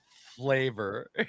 Flavor